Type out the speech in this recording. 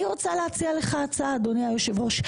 אני רוצה להציע לך הצעה אדוני היושב ראש.